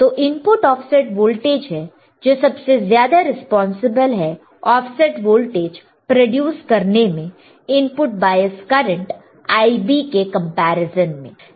तो input offset voltage है जो सबसे ज्यादा रिस्पांसिबल है ऑफसेट वोल्टेज प्रोड्यूस करने में इनपुट बायस करंट Ib के कंपैरिजन में